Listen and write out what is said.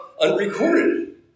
unrecorded